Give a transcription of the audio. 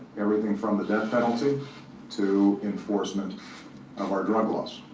everything from the death penalty to enforcement of our drug laws.